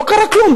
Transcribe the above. לא קרה כלום.